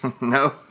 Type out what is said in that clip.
no